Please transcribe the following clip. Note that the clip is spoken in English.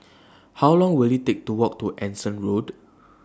How Long Will IT Take to Walk to Anson Road